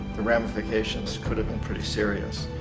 the ramifications could have been pretty serious.